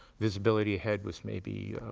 visibility ahead was maybe